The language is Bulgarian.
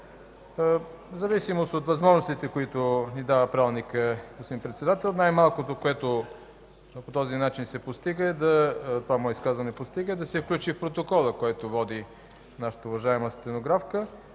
В зависимост от възможностите, които Ви дава Правилникът, господин Председател, най-малкото, което по този начин с това мое изказване се постига, е да се включи в протокола, който води нашата уважаема стенографка,